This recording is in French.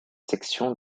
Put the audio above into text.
sections